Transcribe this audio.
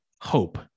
hope